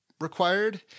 required